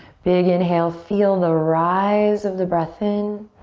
big inhale. feel the rise of the breath in.